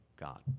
God